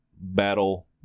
battle